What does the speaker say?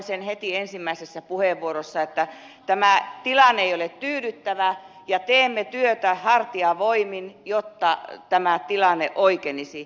sanoin heti ensimmäisessä puheenvuorossani että tämä tilanne ei ole tyydyttävä ja teemme työtä hartiavoimin jotta tämä tilanne oikenisi